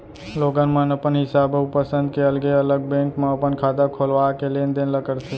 लोगन मन अपन हिसाब अउ पंसद के अलगे अलग बेंक म अपन खाता खोलवा के लेन देन ल करथे